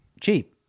cheap